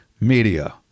media